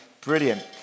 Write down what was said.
Brilliant